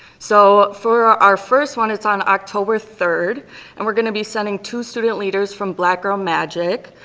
so, for our first one it's on october third and we're gonna be sending two student leaders from black girl magic,